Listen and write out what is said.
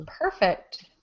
Perfect